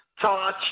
Touch